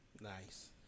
Nice